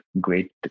great